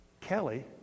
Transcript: Kelly